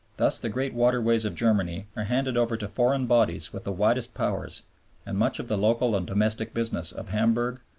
thus the great waterways of germany are handed over to foreign bodies with the widest powers and much of the local and domestic business of hamburg,